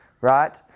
right